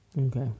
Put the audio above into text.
Okay